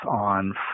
on